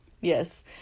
yes